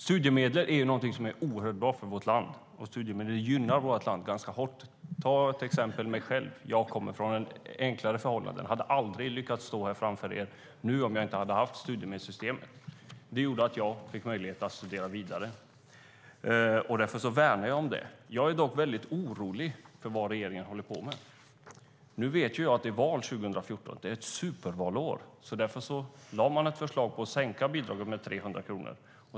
Studiemedel är någonting oerhört bra för vårt land, och de gynnar vårt land. Jag kan ta mig själv som exempel. Jag kommer från enklare förhållanden och hade aldrig kunnat stå här framför er nu om inte studiemedelssystemet hade funnits. Det gjorde att jag fick möjlighet att studera vidare. Därför värnar jag om det. Jag är dock orolig för vad regeringen håller på med. Det är val 2014, och det är ett supervalår. Man lade fram ett förslag om att sänka bidraget med 300 kronor.